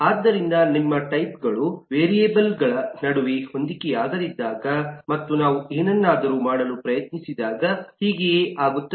ಆದ್ದರಿಂದ ನಿಮ್ಮ ಟೈಪ್ಗಳು ವೇರಿಯೇಬಲ್ಗಳ ನಡುವೆ ಹೊಂದಿಕೆಯಾಗದಿದ್ದಾಗ ಮತ್ತು ನಾವು ಏನನ್ನಾದರೂ ಮಾಡಲು ಪ್ರಯತ್ನಿಸಿದಾಗ ಹೀಗೆಯೇ ಆಗುತ್ತದೆ